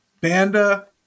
Banda